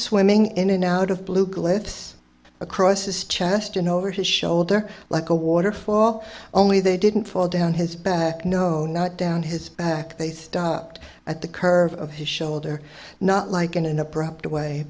swimming in an out of blue glyphs across his chest and over his shoulder like a waterfall only they didn't fall down his back no not down his back they stopped at the curve of his shoulder not like it in a